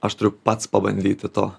aš turiu pats pabandyti to